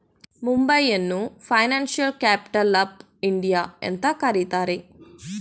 ಮುಂಬೈಯನ್ನು financial capital of India ಅಂತ ಕರಿತರೆ